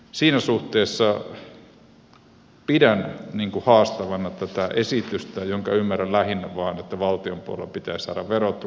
siinä suhteessa pidän haastavana tätä esitystä jonka ymmärrän lähinnä vain niin että valtion puolella pitäisi saada verotuloja